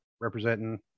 representing